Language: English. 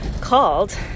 called